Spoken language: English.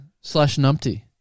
slash-Numpty